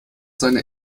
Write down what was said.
seine